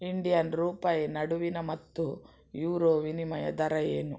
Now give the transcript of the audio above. Indian ರೂಪಾಯಿ ನಡುವಿನ ಮತ್ತು ಯೂರೋ ವಿನಿಮಯ ದರ ಏನು